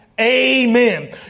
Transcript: Amen